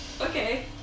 Okay